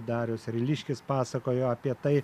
darius ryliškis pasakojo apie tai